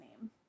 name